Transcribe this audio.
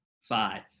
five